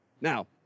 now